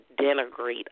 denigrate